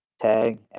tag